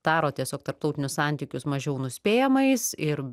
daro tiesiog tarptautinius santykius mažiau nuspėjamais ir